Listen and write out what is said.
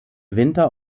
winter